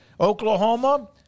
Oklahoma